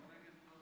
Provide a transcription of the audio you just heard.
גם לא נגד גברים.